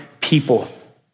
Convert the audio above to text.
people